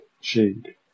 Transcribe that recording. shade